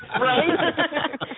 Right